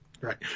Right